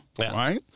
Right